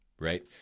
right